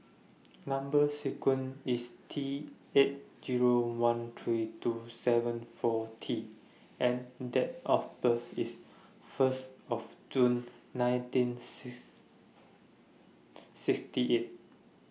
Number sequence IS T eight Zero one three two seven four T and Date of birth IS First of June nineteen sixty eight